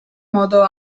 modo